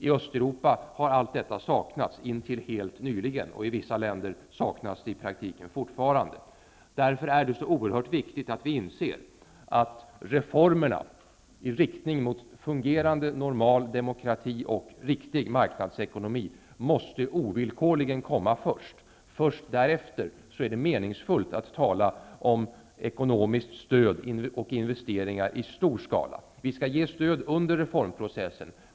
I Östeuropa har allt detta saknats tills helt nyligen. I vissa länder saknas det i praktiken fortfarande. Därför är det oerhört viktigt att vi inser att reformer i riktning mot en fungerande normal demokrati och en riktig marknadsekonomi ovillkorligen måste komma först. Först därefter är det meningsfullt att tala om ekonomiskt stöd och investeringar i stor skala. Vi skall ge stöd under reformprocessen.